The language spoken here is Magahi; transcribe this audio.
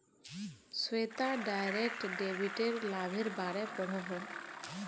श्वेता डायरेक्ट डेबिटेर लाभेर बारे पढ़ोहो